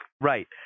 right